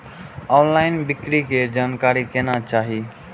Online बिक्री के जानकारी केना चाही?